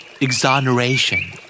Exoneration. (